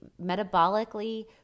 metabolically